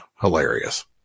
hilarious